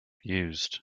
used